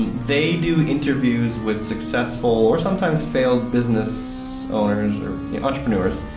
they do interviews with successful or sometimes failed business owners or entrepreneurs.